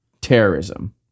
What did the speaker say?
terrorism